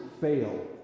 fail